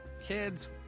Kids